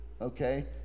okay